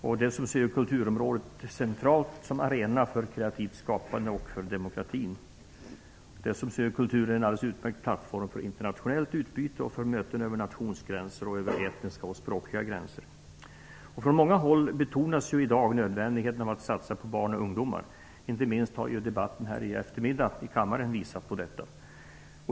Vi ser kulturområdet centralt som en arena för ett kreativt skapande och för demokratin. Kulturen är en alldeles utmärkt plattform för internationellt utbyte och för möten över nationsgränser och etniska och språkliga gränser. Från många håll betonas i dag nödvändigheten av att satsa på barn och ungdomar. Inte minst har debatten här i eftermiddag visat på det.